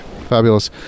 Fabulous